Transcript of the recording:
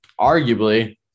Arguably